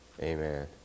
Amen